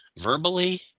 verbally